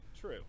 True